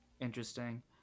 interesting